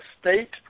state